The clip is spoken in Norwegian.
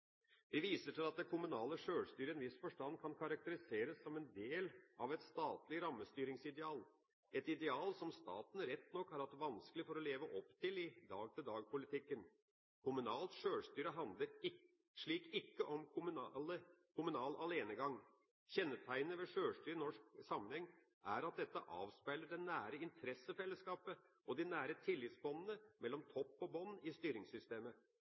Vi viser til at det kommunale sjølstyret i en viss forstand kan karakteriseres som en del av et statlig rammestyringsideal – et ideal som staten rett nok har hatt vanskelig for å leve opp til i dag-til-dag-politikken. Kommunalt sjølstyre handler slik ikke om kommunal alenegang. Kjennetegnet ved sjølstyre i norsk sammenheng er at dette avspeiler det nære interessefellesskapet og de nære tillitsbåndene mellom topp og bunn i styringssystemet.